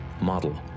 model